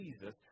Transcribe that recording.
Jesus